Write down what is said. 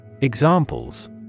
Examples